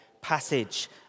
passage